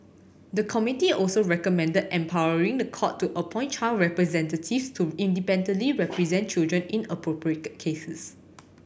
the committee also recommended empowering the court to appoint child representatives to independently represent children in appropriate cases